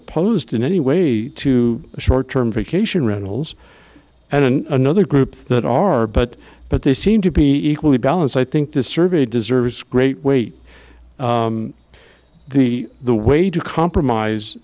opposed in any way to a short term vacation rentals and another group that are but but they seem to be equally balanced i think this survey deserves great weight the the way to compromise